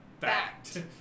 Fact